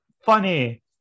funny